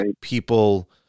people